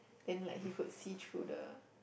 then like he could see through the